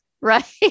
Right